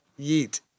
yeet